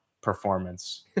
performance